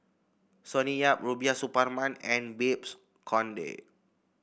Sonny Yap Rubiah Suparman and Babes Conde